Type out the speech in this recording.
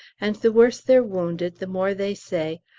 and the worse they're wounded the more they say,